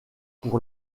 pour